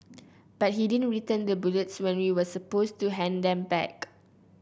but he didn't return the bullets when we were supposed to hand them back